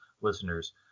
listeners